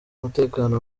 umutekano